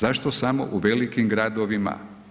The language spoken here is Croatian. Zašto samo u velikim gradovima?